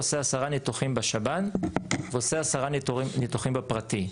הוא עושה עשרה ניתוחים בשב"ן והוא עושה עשרה ניתוחים בפרטי.